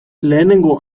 lehenengo